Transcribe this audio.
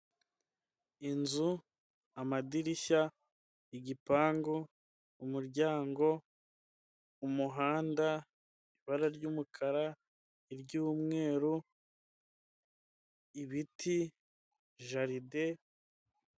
Inzu, amadirishya, igipangu, umuryango, umuhanda, ibara ry'umukara, iry'umweru, ibiti, jaride.